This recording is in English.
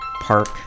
park